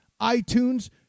iTunes